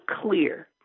clear